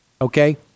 Okay